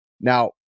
Now